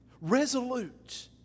resolute